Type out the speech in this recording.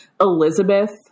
Elizabeth